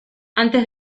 antes